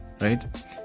right